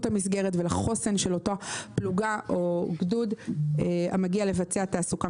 המסגרת ולחוסן של אותה פלוגה או גדוד המגיע לבצע תעסוקה